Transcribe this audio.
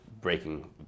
breaking